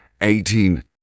eighteen